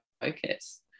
focus